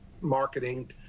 marketing